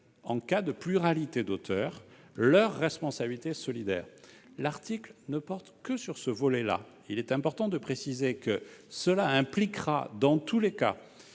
en cas de pluralité d'auteurs, leur responsabilité solidaire. L'article 7 ne porte que sur ce volet-là. Il est important de préciser que cela impliquera, dans tous les cas,